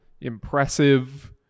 impressive